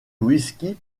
whisky